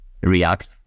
React